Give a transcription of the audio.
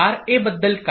RA बद्दल काय